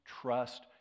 trust